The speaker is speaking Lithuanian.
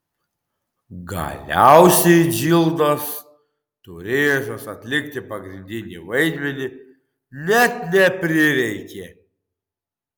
galiausiai džildos turėjusios atlikti pagrindinį vaidmenį net neprireikė